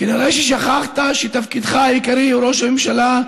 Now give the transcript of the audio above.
כנראה ששכחת שתפקידך העיקרי הוא ראש הממשלה,